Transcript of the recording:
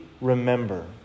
remember